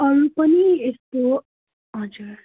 अरू पनि यस्तो हजुर